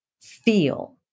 feel